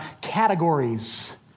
categories